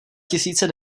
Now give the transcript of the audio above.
tisíce